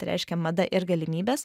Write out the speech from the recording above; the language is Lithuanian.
reiškia mada ir galimybės